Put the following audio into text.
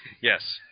Yes